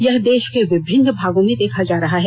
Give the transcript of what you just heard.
यह देश के विभिन्न भागों में देखा जा रहा है